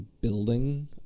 building